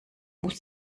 muss